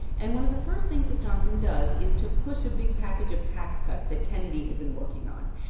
and one of the first things that johnson does is to push a big package of tax cuts that kennedy had been working on.